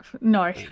No